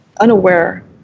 unaware